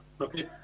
Okay